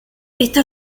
esta